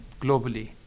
globally